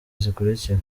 zikurikira